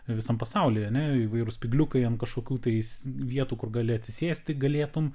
visam pasaulyje ane įvairūs spygliukai ant kažkokių tais vietų kur gali atsisėsti galėtum